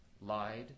lied